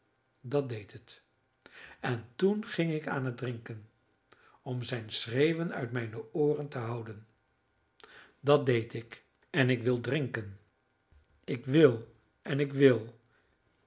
dat deed het en toen ging ik aan het drinken om zijn schreeuwen uit mijne ooren te houden dat deed ik en ik wil drinken ik wil en ik wil